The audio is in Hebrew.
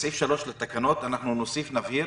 בסעיף 3 לתקנות, אנחנו נוסיף, נבהיר